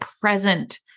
present